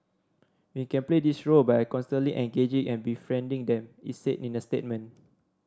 we can play this role by constantly engaging and befriending them it said in a statement